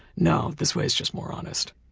no, this way's just more honest.